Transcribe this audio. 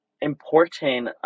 important